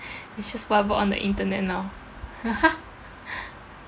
which is whatever on the internet now